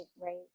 Right